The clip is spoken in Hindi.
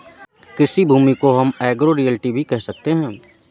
कृषि भूमि को हम एग्रो रियल्टी भी कह सकते है